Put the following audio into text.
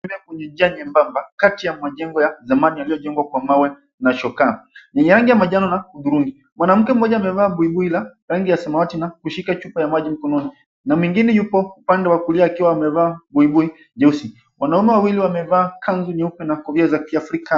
Kwenye ja nyembamba kati ya majengo ya zamani yaliyojengwa kwa mawe na shoka. Ni majani na hudhurungi. Mwanamke mmoja amevaa buibui la rangi ya samawati na kushika chupa ya maji mkononi. Na mwingine yupo upande wa kulia akiwa amevaa buibui jeusi. Wanaume wawili wamevaa kanzu nyeupe na kofia za Kiafrika.